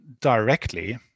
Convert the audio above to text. directly